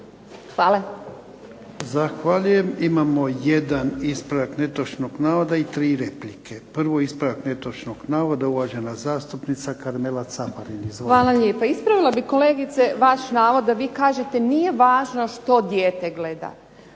(HDZ)** Zahvaljujem. Imamo jedan ispravak netočnog navoda i tri replike. Prvo ispravak netočnog navoda, uvažena zastupnica Karmela Caparin. Izvolite. **Caparin, Karmela (HDZ)** Hvala lijepo. Ispravila bih kolegice vaš navod da vi kažete nije važno što dijete gleda,